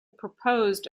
proposed